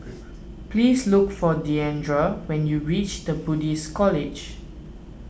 please look for Diandra when you reach the Buddhist College